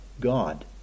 God